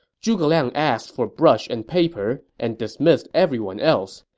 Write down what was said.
zhuge liang asked for brush and paper and dismissed everyone else.